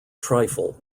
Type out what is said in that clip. trifle